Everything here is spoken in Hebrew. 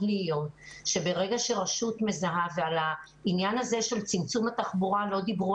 על העניין הזה של צמצום התחבורה לא דיברו